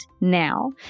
now